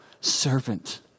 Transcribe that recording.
servant